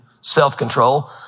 self-control